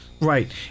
Right